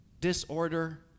disorder